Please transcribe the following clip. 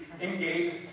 engage